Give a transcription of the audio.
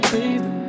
Baby